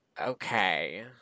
okay